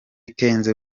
kenzo